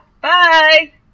Bye